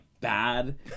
bad